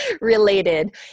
related